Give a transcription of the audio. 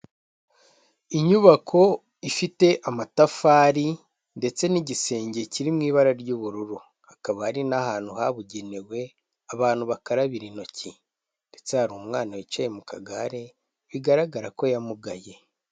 Inyubako ifite amatafari ndetse n'igisenge kiri mu ibara ry'ubururu, hakaba hari n'ahantu habugenewe abantu bakarabira intoki, ndetse hari umwana wicaye mu kagare bigaragara ko yamugaye.